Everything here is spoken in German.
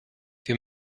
wir